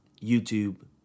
YouTube